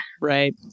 Right